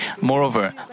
Moreover